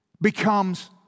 becomes